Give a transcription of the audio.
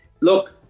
Look